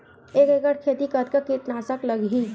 एक एकड़ खेती कतका किट नाशक लगही?